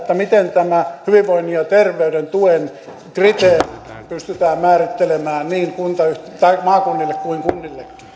miten nämä hyvinvoinnin ja terveyden tuen kriteerit pystytään määrittelemään niin maakunnille kuin kunnillekin